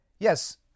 Yes